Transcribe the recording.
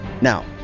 now